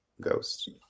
ghost